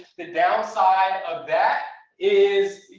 the downside of that is,